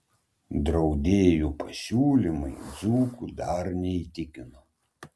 draudėjų pasiūlymai dzūkų dar neįtikino